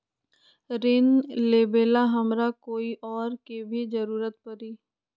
ऋन लेबेला हमरा कोई और के भी जरूरत परी?